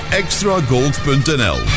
extragold.nl